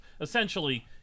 Essentially